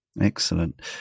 Excellent